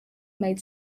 made